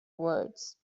words